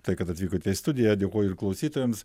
tai kad atvykote į studiją dėkoju ir klausytojams